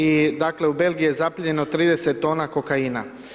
I dakle u Belgiji je zaplijenjeno 30 tona kokaina.